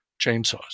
chainsaws